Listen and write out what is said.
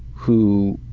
who